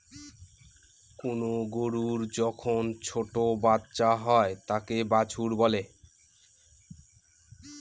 কোনো গরুর যখন ছোটো বাচ্চা হয় তাকে বাছুর বলে